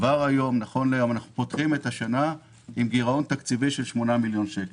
כבר היום אנחנו פותחים את השנה עם גירעון תקציבי של 8 מיליון שקל.